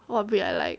what breed I like